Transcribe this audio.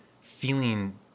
feeling